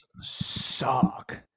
suck